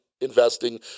investing